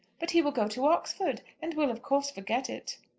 but he will go to oxford, and will of course forget it.